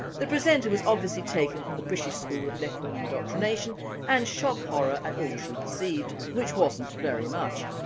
the presenter was obviously taken from the british school of left wing indoctrination and shock horror at all she perceived, which wasn't very much.